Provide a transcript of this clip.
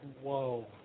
Whoa